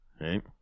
Right